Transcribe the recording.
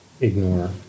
ignore